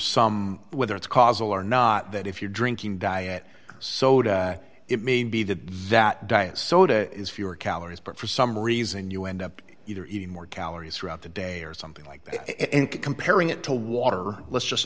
some whether it's causal or not that if you're drinking diet soda it may be that that diet soda is fewer calories but for some reason you end up either eating more calories throughout the day or something like that and comparing it to water let's just